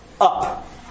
up